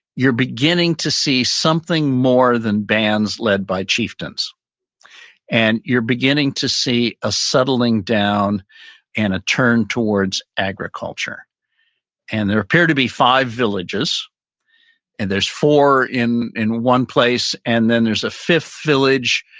you're beginning to see something more than bands led by chieftains and you're beginning to see a settling down and a turn towards agriculture and there appear to be five villages and there's four in in one place and then there's a fifth village,